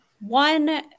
One